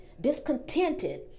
discontented